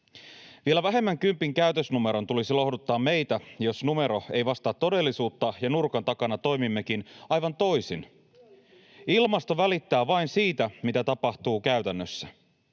Vielä vähemmän kympin käytösnumeron tulisi lohduttaa meitä, jos numero ei vastaa todellisuutta ja nurkan takana toimimmekin aivan toisin. Ilmasto välittää vain siitä, mitä tapahtuu käytännössä.